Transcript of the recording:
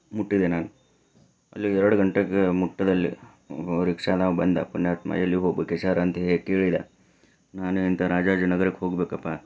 ಮುಟ್ಟಿದೆ ನಾನು ಅಲ್ಲಿಗೆ ಎರಡು ಗಂಟೆಗೆ ಮುಟ್ಟಿದಲ್ಲಿ ಒಬ್ಬ ರಿಕ್ಷಾದವ ಬಂದ ಪುಣ್ಯಾತ್ಮ ಎಲ್ಲಿಗೆ ಹೋಗಬೇಕು ಸರ್ ಅಂತ ಕೇಳಿದ ನಾನೇಂತ ರಾಜಾಜಿನಗರಕ್ಕೆ ಹೋಗಬೇಕಪ್ಪ